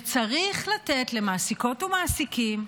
וצריך לתת למעסיקות ולמעסיקים,